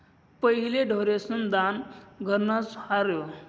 पहिले ढोरेस्न दान घरनंच र्हाये